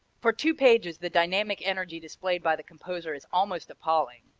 for two pages the dynamic energy displayed by the composer is almost appalling.